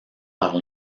par